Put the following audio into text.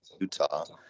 Utah